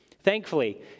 Thankfully